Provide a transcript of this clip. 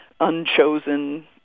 Unchosen